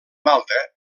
malta